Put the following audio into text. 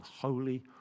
holy